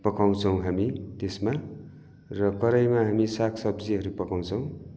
पकाउँछौँ हामी त्यसमा र कराईमा हामी सागसब्जीहरू पकाउँछौँ